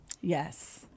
yes